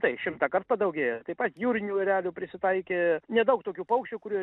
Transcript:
tai šimtąkart padaugėjo taip pat jūrinių erelių prisitaikė nedaug tokių paukščių kurių